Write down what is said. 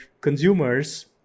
consumers